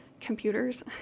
computers